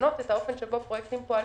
ולשנות את האופן שבו פרויקטים מתנהלים,